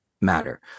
matter